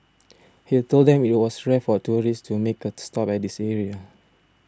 he told them that it was rare for tourists to make a stop at this area